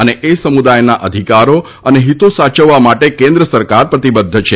અને એ સમુદાયના અધિકારો અને હિતો સાચવવા માટે કેન્દ્રસરકાર પ્રતિબદ્ધ છે